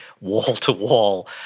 wall-to-wall